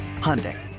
Hyundai